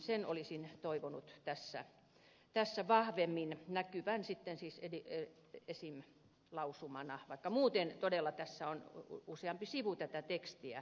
sen olisin toivonut tässä vahvemmin näkyvän esimerkiksi lausumana vaikka muuten todella tässä on useampi sivu tätä tekstiä